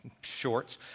shorts